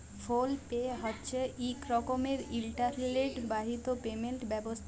ফোল পে হছে ইক রকমের ইলটারলেট বাহিত পেমেলট ব্যবস্থা